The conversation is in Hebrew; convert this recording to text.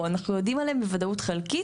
שיודעים עליהן בוודאות חלקית.